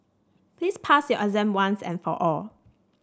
please pass your exam once and for all